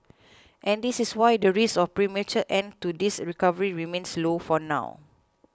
and this is why the risk of premature end to this recovery remains low for now